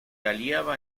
hallaba